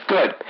Good